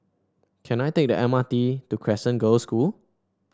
can I take the M R T to Crescent Girls' School